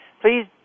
Please